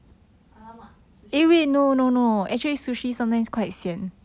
alamak sushi